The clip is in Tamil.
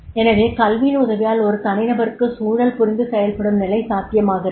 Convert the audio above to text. எனவே கல்வியின் உதவியால் ஒரு தனிநபருக்கு சூழல் புரிந்து செய்ல்படும் நிலை சாத்தியமாகிறது